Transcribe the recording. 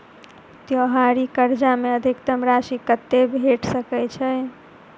त्योहारी कर्जा मे अधिकतम राशि कत्ते भेट सकय छई?